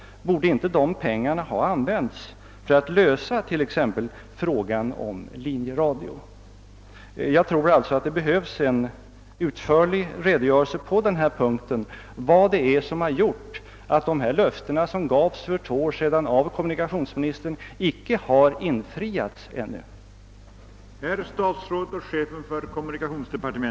Borde inte dessa pengar ha använts för att lösa t.ex. frågan om linjeradio? Det behövs en utförlig redogörelse för vad det är som gjort att de löften som gavs av kommunikationsministern för två år sedan ännu inte har infriats.